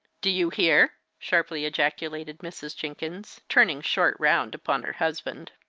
do you hear? sharply ejaculated mrs. jenkins, turning short round upon her husband.